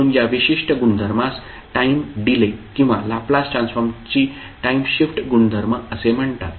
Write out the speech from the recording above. म्हणून या विशिष्ट गुणधर्मास टाईम डिले किंवा लॅपलास ट्रान्सफॉर्म ची टाइम शिफ्ट गुणधर्म असे म्हणतात